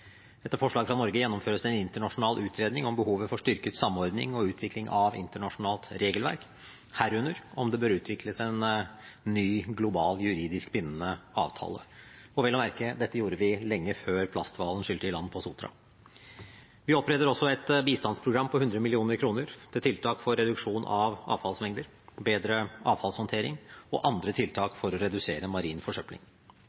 Etter forslag fra Norge gjennomføres det en internasjonal utredning om behovet for styrket samordning og utvikling av internasjonalt regelverk, herunder om det bør utvikles en ny global juridisk bindende avtale. Og vel å merke: Dette gjorde vi lenge før «plasthvalen» skylte i land på Sotra. Vi oppretter også et bistandsprogram på 100 mill. kr til tiltak for reduksjon av avfallsmengder og bedre avfallshåndtering og andre